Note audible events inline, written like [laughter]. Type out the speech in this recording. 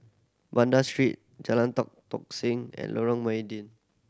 Banda Street Jalan Tan Tock Seng and Lorong [unintelligible]